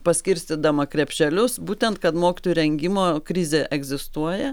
paskirstydama krepšelius būtent kad mokytojų rengimo krizė egzistuoja